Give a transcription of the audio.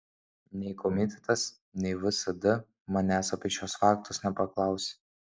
nei komitetas nei vsd manęs apie šiuos faktus nepaklausė